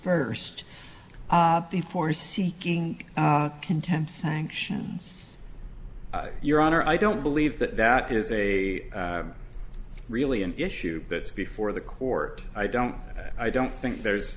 first before seeking contempt sanctions your honor i don't believe that that is a really an issue that's before the court i don't i don't think there's